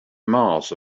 mars